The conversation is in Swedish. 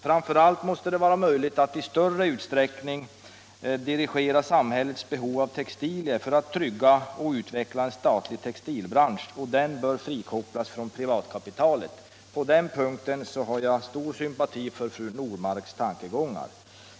Framför allt måste det vara möjligt att i större utsträckning dirigera samhällets behov av textilier för att trygga och utveckla en statlig textilbransch. Den bör frikopplas från privatkapitalet. På den punkten har jag stor sympati för fru Normarks tankegångar.